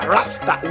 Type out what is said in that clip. Rasta